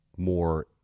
more